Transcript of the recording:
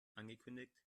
angekündigt